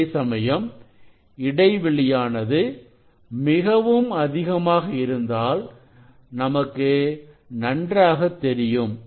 அதேசமயம் இடைவெளியானது மிகவும் அதிகமாக இருந்தால் நமக்கு நன்றாக தெரியும்